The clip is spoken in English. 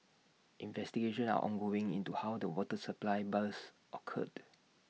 investigations are ongoing into how the water supply burst occurred